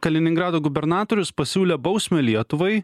kaliningrado gubernatorius pasiūlė bausmę lietuvai